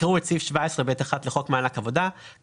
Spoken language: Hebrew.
יקראו את סעיף 17(ב)(1) לחוק מענק עבודה כך